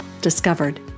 discovered